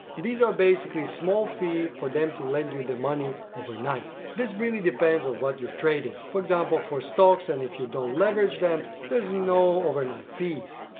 these are basically small fee for them to lend you the money overnight. this really depends on what you're trading. for example, for stocks and if you don't leverage them, there's no overnight fees.